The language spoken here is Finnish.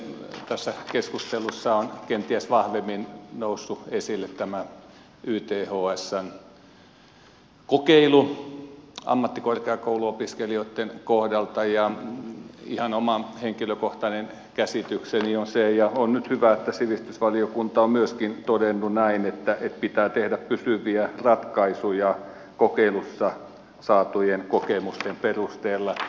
tässä keskustelussa on kenties vahvemmin noussut esille tämä ythsn kokeilu ammattikorkeakouluopiskelijoitten kohdalta ja ihan oma henkilökohtainen käsitykseni on se ja on nyt hyvä että sivistysvaliokunta on myöskin todennut näin että pitää tehdä pysyviä ratkaisuja kokeilussa saatujen kokemusten perusteella